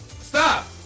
stop